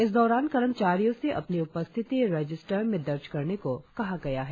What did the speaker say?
इस दौरान कर्मचारियों से अपनी उपस्थिति रजिस्टर में दर्ज करने को कहा गया है